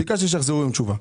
ביקשתי שיחזרו עם תשובה.